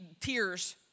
tears